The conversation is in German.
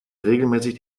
regelmäßig